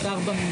הוא שר בממשלה.